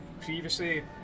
previously